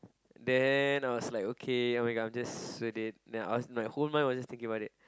then I was like okay [oh]-my-god I'm just sweating my whole mind was just thinking about it